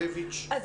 ינקלביץ', בבקשה.